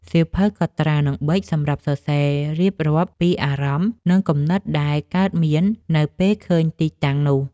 សៀវភៅកត់ត្រា និងប៊ិច សម្រាប់សរសេររៀបរាប់ពីអារម្មណ៍ និងគំនិតដែលកើតមាននៅពេលឃើញទីតាំងនោះ។